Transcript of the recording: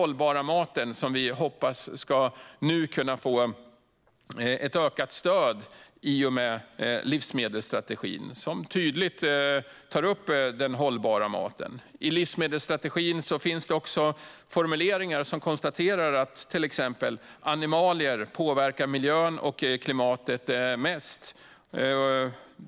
Livsmedelsstrategin tar ju tydligt upp det här med hållbar mat. I livsmedelsstrategin finns också formuleringar som konstaterar att exempelvis animalier påverkar miljön och klimatet mest.